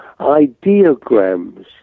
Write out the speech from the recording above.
ideograms